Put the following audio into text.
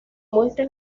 muestra